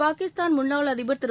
பாகிஸ்தான் முன்னாள் அதிபர் திரு